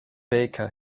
baker